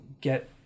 get